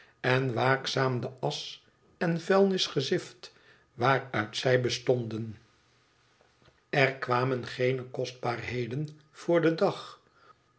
en waakzaam de asch en vuilnis gezift waaruit zij bestonden ër kwamen geene kostbaarheden voor den dag